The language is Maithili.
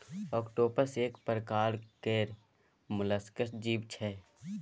आक्टोपस एक परकार केर मोलस्क जीव छै